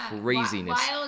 craziness